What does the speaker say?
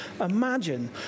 imagine